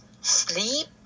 sleep